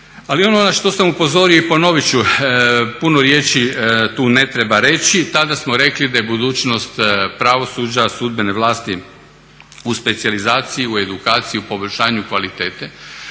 Ali ono na što sam upozorio i ponovit ću, puno riječi tu ne treba reći, tada smo rekli da je budućnost pravosuđa, sudbene vlasti u specijalizaciji, u edukaciji, u poboljšanju kvalitete,